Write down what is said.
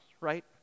right